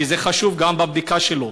כי זה חשוב גם בבדיקה שלו.